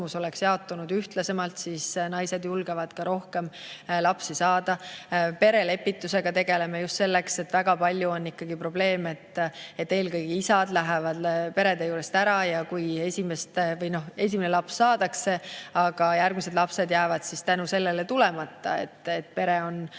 oleks jaotunud ühtlasemalt, siis naised julgeksid rohkem lapsi saada. Perelepitusega tegeleme just selleks, et väga palju on ikkagi probleem, et eelkõige isad lähevad perede juurest ära. Kui esimene laps saadaksegi, siis järgmised lapsed jäävad tulemata selle tõttu, et pere on